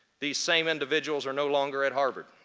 these same individuals are no longer at harvard.